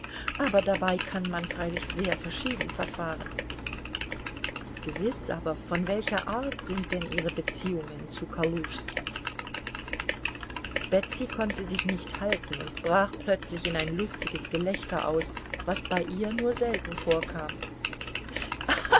aber dabei kann man freilich sehr verschieden verfahren gewiß aber von welcher art sind denn ihre beziehungen zu kaluschski betsy konnte sich nicht halten und brach plötzlich in ein lustiges gelächter aus was bei ihr nur selten vorkam